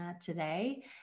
today